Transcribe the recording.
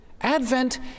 Advent